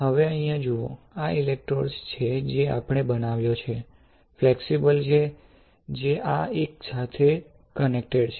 હવે અહીં જુઓ આ ઇલેક્ટ્રોડ છે જે આપણે બનાવ્યો છે ફ્લેક્સિબલ છે જે આ એક સાથે કનેક્ટેડ છે